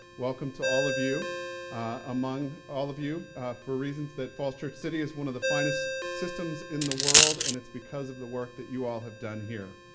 welcome to all of you among all of you for reasons that falls church city is one of the finest systems in the world and it's because of the work that you all have done here.